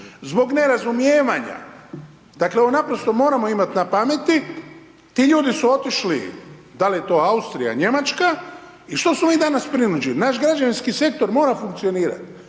Zbog nerazumijevanja, dakle ovo naprosto moramo pameti, ti ljudi su otišli da li je to Austrija, Njemačka i što su oni danas prinuđeni, naš građevinski sektor mora funkcionirati,